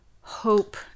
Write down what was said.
hope